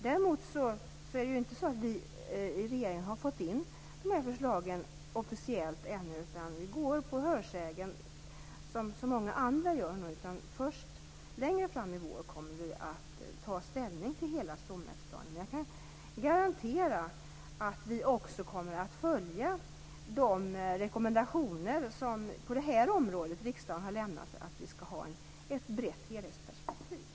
Däremot har inte vi i regeringen fått in de här förslagen officiellt ännu, utan vi går på hörsägen, som så många andra gör. Först längre fram i vår kommer vi att ta ställning till hela stomnätsplanen. Jag kan garantera att vi kommer att följa de rekommendationer som riksdagen har lämnat på det här området, dvs. att ha ett brett helhetsperspektiv.